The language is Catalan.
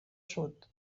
sud